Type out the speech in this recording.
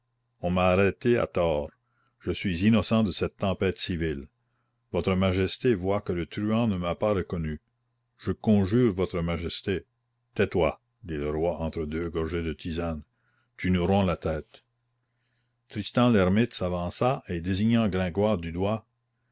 on m'a arrêté à tort je suis innocent de cette tempête civile votre majesté voit que le truand ne m'a pas reconnu je conjure votre majesté tais-toi dit le roi entre deux gorgées de tisane tu nous romps la tête tristan l'hermite s'avança et désignant gringoire du doigt